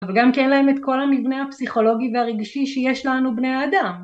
אבל גם כי אין להם את כל המבנה הפסיכולוגי והרגשי שיש לנו בני האדם.